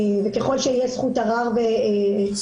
וככל שיש זכות ערר למתלוננת,